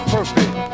Perfect